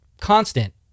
constant